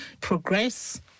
progress